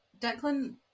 Declan